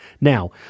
Now